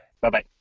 Bye-bye